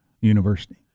university